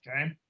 okay